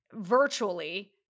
virtually